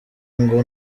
ngo